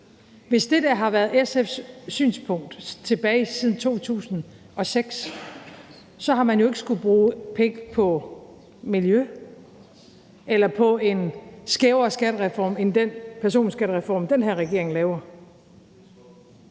hvis det der har været SF's synspunkt siden tilbage i 2006; så har man jo ikke skullet bruge penge på miljø eller på en skævere skattereform end den personskattereform, den her regering laver.